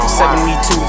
72